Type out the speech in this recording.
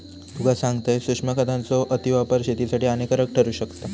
तुका सांगतंय, सूक्ष्म खतांचो अतिवापर शेतीसाठी हानिकारक ठरू शकता